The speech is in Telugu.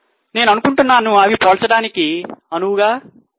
నేను అనుకుంటున్నాను అవి పోల్చడానికి అనువుగా ఉన్నాయి